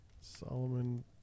solomon